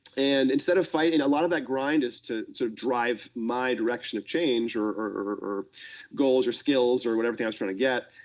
and instead of fighting, a lot of that grind is to so drive my direction of change or or goals or skills, or whatever thing i was trying to get,